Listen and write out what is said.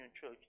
Church